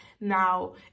now